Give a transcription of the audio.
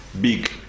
big